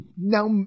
Now